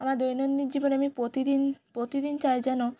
আমার দৈনন্দিন জীবনে আমি প্রতিদিন প্রতিদিন চাই যেন